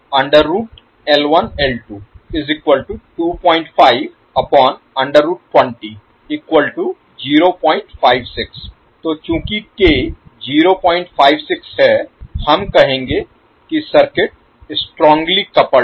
तो k बन जाएगा तो चूंकि k 056 है हम कहेंगे कि सर्किट स्ट्रॉन्ग्ली कपल्ड है